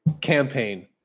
campaign